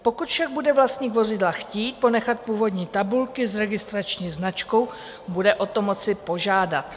Pokud však bude vlastník vozidla chtít ponechat původní tabulky s registrační značkou, bude o to moci požádat.